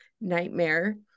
nightmare